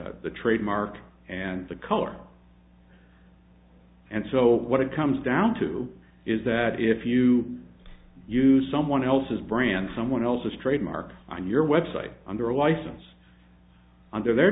the the trademark and the color and so what it comes down to is that if you use someone else's brand someone else's trademark on your website under a license under their